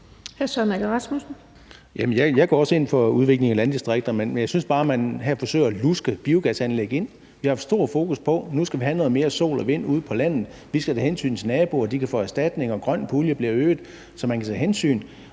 Jeg går også ind for udvikling i landdistrikterne. Men jeg synes bare, man her forsøger at luske biogasanlæg ind. Vi har haft stort fokus på, at vi nu skal have noget mere sol og vind ude på landet, og at der skal tages hensyn til naboer, og at de skal have erstatning, og den grønne pulje blev øget, så man kan udvise hensyn.